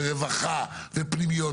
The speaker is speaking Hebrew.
ורווחה ופנימיות,